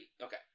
Okay